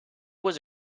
was